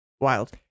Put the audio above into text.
Wild